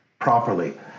properly